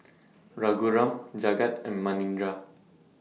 Raghuram Jagat and Manindra